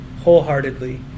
wholeheartedly